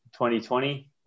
2020